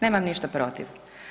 Nemam ništa protiv.